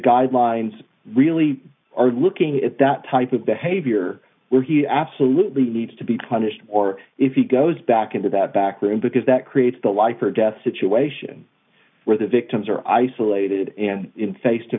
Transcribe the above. guidelines really are looking at that type of behavior where he absolutely needs to be punished or if he goes back into that back room because that creates the life or death situation where the victims are isolated and in face to